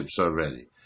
already